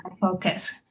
focus